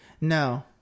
No